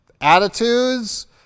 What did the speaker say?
Attitudes